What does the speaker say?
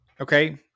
okay